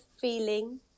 feeling